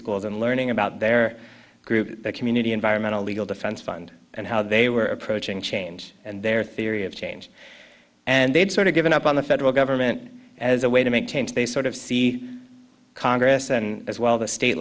schools and learning about their group their community environmental legal defense fund and how they were approaching change and their theory of change and they'd sort of given up on the federal government as a way to make change they sort of see congress and as well the state